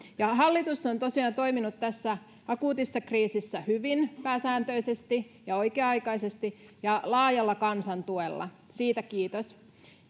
hallitus on tosiaan toiminut tässä akuutissa kriisissä pääsääntöisesti hyvin ja oikea aikaisesti ja laajalla kansan tuella siitä kiitos